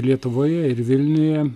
lietuvoje ir vilniuje